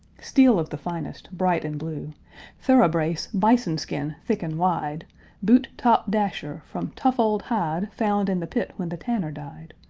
steel of the finest, bright and blue thoroughbrace bison-skin, thick and wide boot, top, dasher, from tough old hide found in the pit when the tanner died.